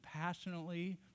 passionately